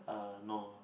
uh no